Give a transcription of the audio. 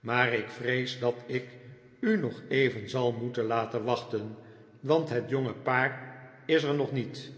maar ik vrees dat ik u nog even zal moeten laten wachten want het jonge paar is er nog niet